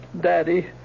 Daddy